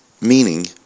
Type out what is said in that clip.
meaning